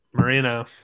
Marino